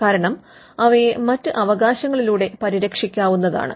കാരണം അവയെ മറ്റ് അവകാശങ്ങളിലൂടെ പരിരക്ഷിക്കാവുന്നതാണ്